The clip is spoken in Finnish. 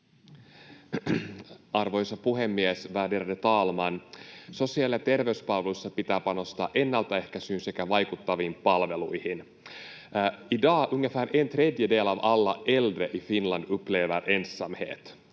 Arvoisa puhemies, värderade talman! Sosiaali- ja terveyspalveluissa pitää panostaa ennaltaehkäisyyn sekä vaikuttaviin palveluihin. I dag upplever ungefär en tredjedel av alla äldre i Finland ensamhet.